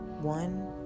One